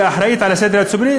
שהיא האחראית לסדר הציבורי,